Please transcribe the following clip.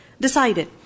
decided